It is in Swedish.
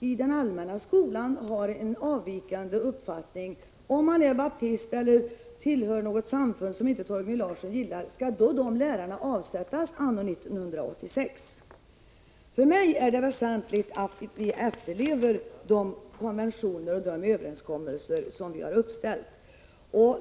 i den allmänna skolan som har en avvikande uppfattning — t.ex. baptister eller sådana som tillhör något annat samfund som Torgny Larsson inte gillar — skall avsättas, anno 1986. För mig är det väsentligt att vi efterlever de konventioner och överenskommelser som vi har uppställt.